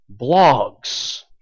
blogs